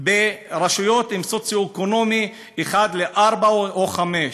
ברשויות במצב סוציו-אקונומי 1 4 או 5?